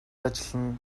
ажиллана